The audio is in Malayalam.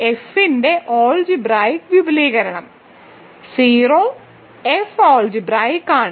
എഫിന്റെ അൾജിബ്രായിക്ക് വിപുലീകരണം 0 എഫ് അൾജിബ്രായിക്ക് ആണ്